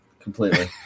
completely